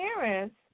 parents